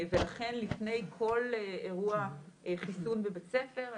ולכן לפני כל אירוע חיסון בבית ספר,